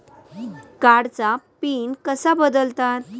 कार्डचा पिन कसा बदलतात?